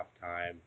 time